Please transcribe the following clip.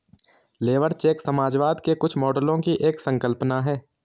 labour check समाजवाद के कुछ मॉडलों की एक संकल्पना है